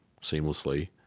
seamlessly